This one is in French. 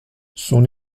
son